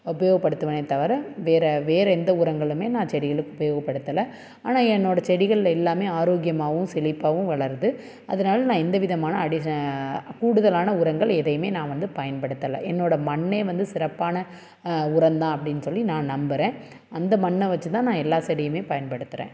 உபயோகப்படுத்துவனே தவிர வேற வேற எந்த உரங்களுமே நான் செடிகளுக்கு உபயோகப்படுத்தலை ஆனால் என்னோட செடிகள்ல எல்லாமே ஆரோக்கியமாகவும் செழிப்பாகவும் வளருது அதனால் நான் எந்த விதமான கூடுதலான உரங்கள் எதையுமே நான் வந்து பயன்படுத்தலை என்னோட மண்ணே வந்து சிறப்பான உரந்தான் அப்படின் சொல்லி நான் நம்புகிற அந்த மண்ணை வைத்து தான் நான் எல்லா செடியுமே பயன்படுத்துகிறேன்